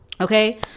Okay